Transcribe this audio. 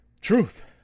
Truth